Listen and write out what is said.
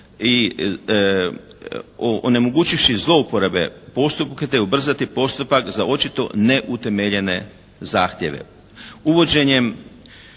i onemogućivši zlouporabe postupka te ubrzati postupak za očito neutemeljen zahtjeve.